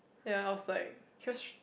ya outside